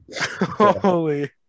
Holy